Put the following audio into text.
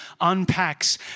unpacks